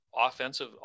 Offensive